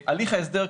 הליך ההסדר,